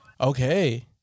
Okay